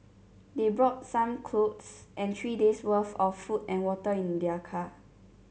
they brought some clothes and three days' worth of food and water in their car